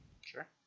Sure